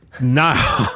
No